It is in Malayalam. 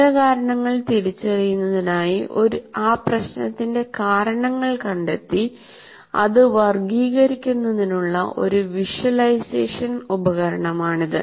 മൂലകാരണങ്ങൾ തിരിച്ചറിയുന്നതിനായി ആ പ്രശ്നത്തിന്റെ കാരണങ്ങൾ കണ്ടെത്തി അത് വർഗ്ഗീകരിക്കുന്നതിനുള്ള ഒരു വിഷ്വലൈസേഷൻ ഉപകരണമാണിത്